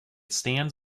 stands